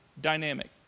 dynamic